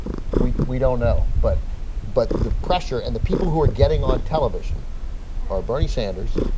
we we don't know, but but the pressure, and the people who are getting on television are bernie sanders,